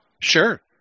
Sure